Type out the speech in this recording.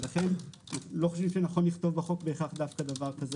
לכן אנו לא חושבים שנכון לכתוב בחוק דווקא דבר כזה